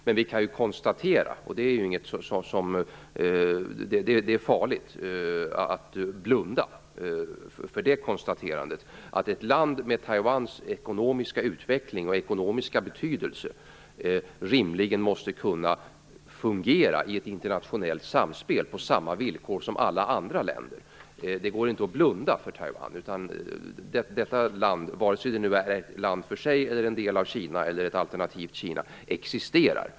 Men det är farligt att blunda för det konstaterandet att ett land med Taiwans ekonomiska utveckling och ekonomiska betydelse rimligen måste kunna fungera i ett internationellt samspel på samma villkor som gäller för alla andra länder. Det går inte att blunda för Taiwan. Detta land - vare sig det nu är ett land för sig, en del av Kina eller ett alternativt Kina - existerar.